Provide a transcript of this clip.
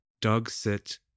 dog-sit